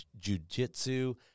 jujitsu